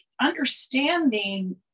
understanding